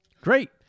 Great